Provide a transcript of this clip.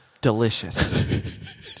delicious